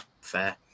fair